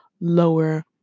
lower